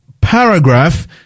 paragraph